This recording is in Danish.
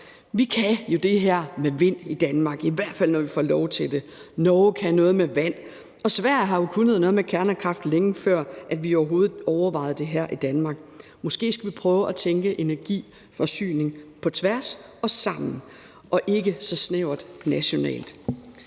Vi kan jo det her med vind i Danmark, i hvert fald når vi får lov til det. Norge kan noget med vand, og Sverige har jo kunnet noget med kernekraft, længe før vi overhovedet overvejede det her i Danmark. Måske skulle vi prøve at tænke energiforsyning på tværs og sammen og ikke så snævert nationalt.